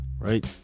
right